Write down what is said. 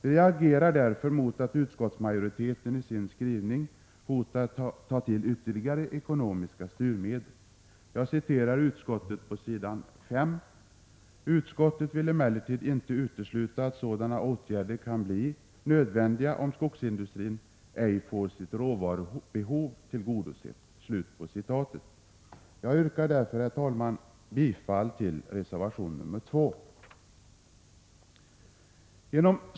Vi reagerar därför mot att utskottsmajoriteten i sin skrivning hotar med att ta till ytterligare ekonomiska styrmedel. Jag citerar vad utskottet anför på s. 5: ”Utskottet vill emellertid inte utesluta att sådana åtgärder kan bli nödvändiga om skogsindustrin ej får sitt råvarubehov tillgodosett.” Jag yrkar, herr talman, bifall till reservation nr 2.